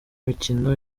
mikino